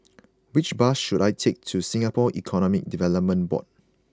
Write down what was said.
which bus should I take to Singapore Economic Development Board